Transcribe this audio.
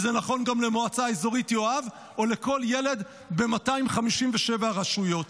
וזה נכון גם למועצה האזורית יואב או לכל ילד ב-257 הרשויות.